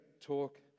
talk